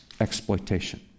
exploitation